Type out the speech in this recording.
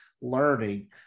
learning